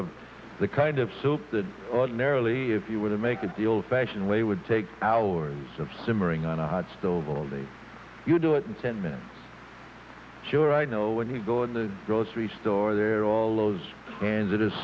of the kind of soup that ordinarily if you would have make it the old fashioned way would take hours of simmering on a hot stove all day you do it in ten minutes sure i know when you go in the grocery store there are all those and it is